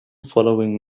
following